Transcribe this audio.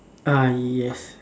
ah yes